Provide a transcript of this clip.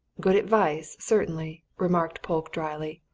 good advice, certainly, remarked polke drily.